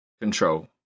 control